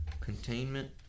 containment